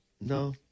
No